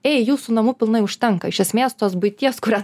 ei jūsų namų pilnai užtenka iš esmės tos buities kurią